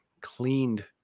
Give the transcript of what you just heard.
cleaned